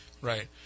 Right